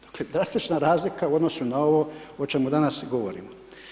Dakle, drastična razlika u odnosu na ovo o čemu danas govorimo.